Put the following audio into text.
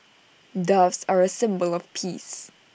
doves are A symbol of peace